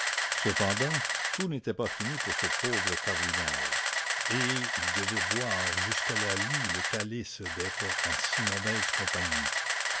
cependant tout n'était pas fini pour ce pauvre cardinal et il devait boire jusqu'à la lie le calice d'être en si mauvaise compagnie